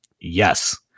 yes